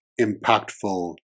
impactful